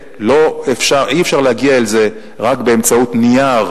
אי-אפשר להגיע לזה רק באמצעות נייר